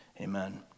Amen